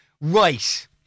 Right